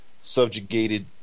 subjugated